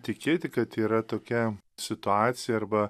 tikėti kad yra tokia situacija arba